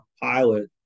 pilot